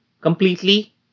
completely